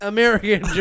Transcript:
American